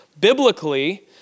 biblically